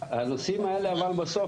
הנושאים האלה בסוף,